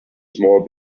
small